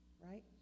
Right